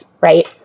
right